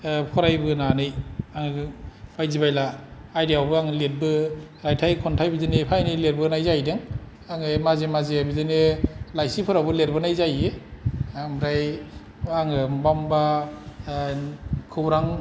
फरायबोनानै आङो बायदि बायला आयदायावबो आङो लिरबो रायथाय खन्थाइ बिदिनो एफा एनै लिरबोनाय जाहैदों आङो माजे माजे बिदिनो लाइसिफोरावबो लिरबोनाय जायैयो ओमफ्राय आङो बबावबा बबावबा खौरां